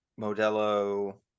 Modelo